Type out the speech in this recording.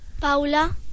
Paula